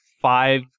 five